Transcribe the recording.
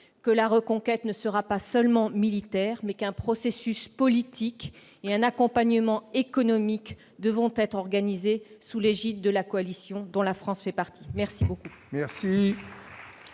que la reconquête ne sera pas seulement militaire : un processus politique et un accompagnement économique devront être organisés, sous l'égide de la coalition dont la France fait partie. La parole